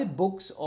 books